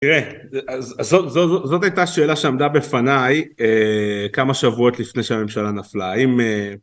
תראה, זאת הייתה שאלה שעמדה בפניי כמה שבועות לפני שהממשלה נפלה. האם...